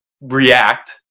react